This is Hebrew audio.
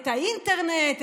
את האינטרנט,